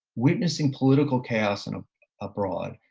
witnessing political chaos and um abroad,